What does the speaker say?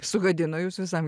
sugadino jus visam